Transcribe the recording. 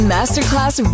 Masterclass